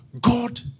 God